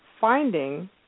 finding